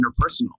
interpersonal